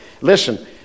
Listen